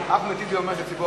אחמד טיבי אומר, הבנתי.